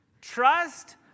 Trust